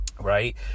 Right